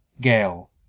Gale